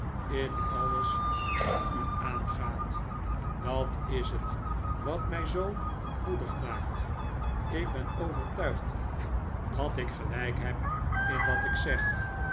in alles wat u aangaat dat is het wat mij zoo moedig maakt ik ben overtuigd dat ik gelijk heb in wat ik zeg